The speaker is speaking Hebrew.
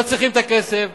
לא צריכים את הכסף,